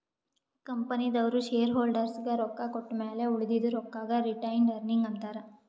ಕಂಪನಿದವ್ರು ಶೇರ್ ಹೋಲ್ಡರ್ಗ ರೊಕ್ಕಾ ಕೊಟ್ಟಮ್ಯಾಲ ಉಳದಿದು ರೊಕ್ಕಾಗ ರಿಟೈನ್ಡ್ ಅರ್ನಿಂಗ್ ಅಂತಾರ